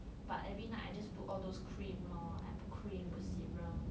but every night I just put all those cream lor I put cream put serum